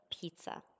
pizza